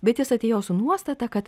bet jis atėjo su nuostata kad